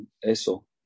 eso